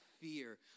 fear